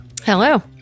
Hello